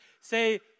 say